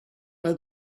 had